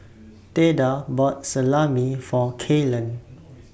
Theda bought Salami For Kaylen